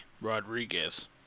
Rodriguez